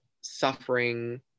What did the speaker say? suffering